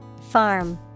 Farm